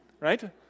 Right